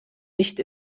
nicht